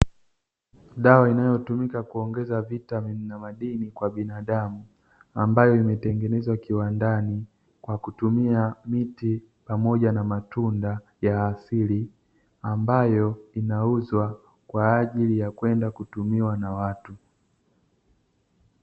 Dawa inayotumika kuongeza vitamini na madini kwa binadamu, ambayo imetengenezwa kiwandani kwa kutumia miti pamoja na matunda ya asili, ambayo inauzwa kwa ajili ya kwenda kutumiwa na watu.